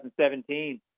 2017